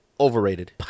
Overrated